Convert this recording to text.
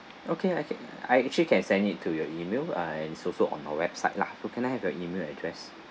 okay I can I actually can send it to your email uh it's also on our website lah oh can I have your email address